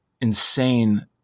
insane